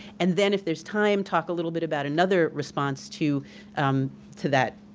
and then if there's time talk a little bit about another response to um to that